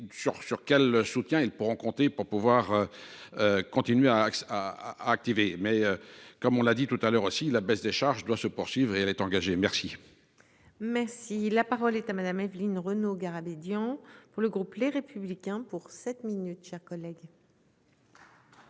sur quel soutien ils pourront compter pour pouvoir. Continuer à à à activer. Mais comme on l'a dit tout à l'heure aussi la baisse des charges doit se poursuivre. Il avait engagé, merci. Merci la parole est à Madame, Evelyne Renaud Garabédian pour le groupe Les Républicains pour sept minutes, chers collègues.